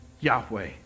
Yahweh